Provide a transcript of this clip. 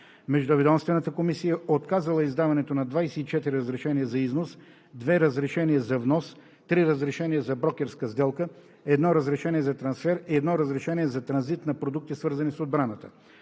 Междуведомствената комисия е отказала издаването на 24 разрешения за износ, две разрешения за внос, три разрешения за брокерска сделка, едно разрешение за трансфер и едно разрешение за транзит на продукти, свързани с отбраната.